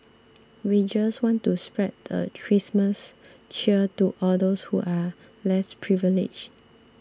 we just want to spread the Christmas cheer to all those who are less privileged